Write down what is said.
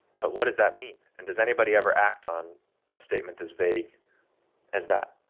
but what does that mean? and does anybody ever act on a statement as vague as that?